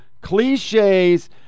cliches